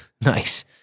Nice